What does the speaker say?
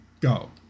go